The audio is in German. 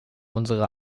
unsere